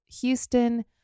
Houston